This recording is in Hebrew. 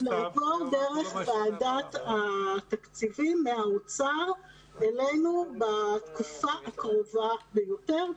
לעבור אלינו דרך אגף התקציבים באוצר בתקופה הקרובה ביותר,